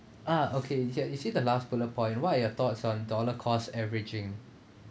ah okay yi jia you see the last bullet point what are your thoughts on dollar cost averaging